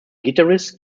guitarist